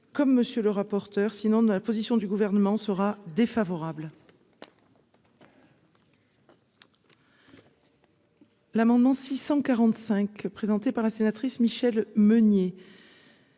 comme monsieur le rapporteur, sinon dans la position du Gouvernement sera défavorable. L'amendement 645 présenté par la sénatrice Michèle Meunier.